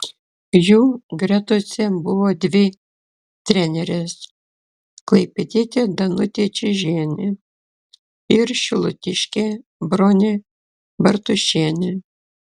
jų gretose buvo dvi trenerės klaipėdietė danutė čyžienė ir šilutiškė bronė bartušienė